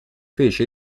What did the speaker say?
fece